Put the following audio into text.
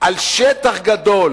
על שטח גדול